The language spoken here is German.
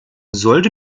sollte